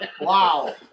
Wow